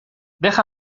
deja